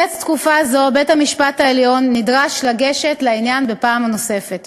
מקץ תקופה זו נדרש בית-המשפט העליון לגשת לעניין פעם נוספת.